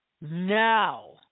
now